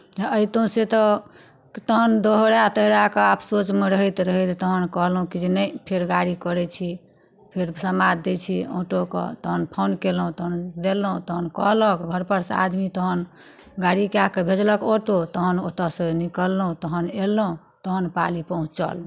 अयतहुँ से तऽ तखन दोहरा तिहरा कऽ आब सोचमे रहैत रहैत तखन कहलहुँ कि जे नहि फेर गाड़ी करै छी फेर समाद दै छी ऑटोकेँ तखन फोन कयलहुँ तखन देलहुँ तखन कहलक घरपर सँ आदमी तखन गाड़ी कए कऽ भेजलक ऑटो तखन ओतयसँ निकललहुँ तखन अयलहुँ तहन पाली पहुँचलहुँ